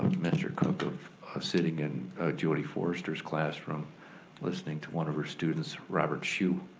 mr. cook, of sitting in jodi forster's classroom listening to one of her students, robert shu,